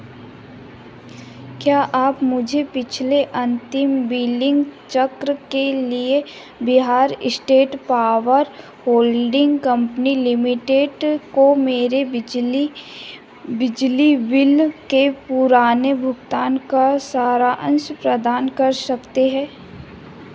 क्या आप मुझे पिछले अंतिम बिलिंग चक्र के लिए Bihar State Power Holding Company Limited को मेरे बिजली बिजली बिल के पुराने भुगतान का सारांश प्रदान कर सकते हैं